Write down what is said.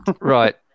Right